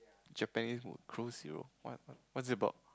Japanese crow zero what what's it about